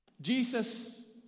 Jesus